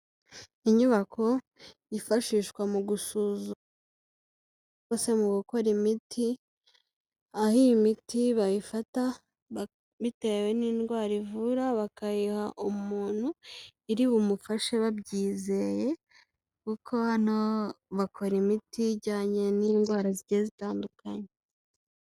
Inyubako yifashishwa mu gusuzuma cyangwa se mu gukora imiti, aho iyi imiti bayifata, bitewe n'indwara ivura, bakayiha umuntu iri bumufashe babyizeye, kuko hano bakora imiti ijyanye n'indwara zitandukanye.